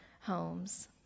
homes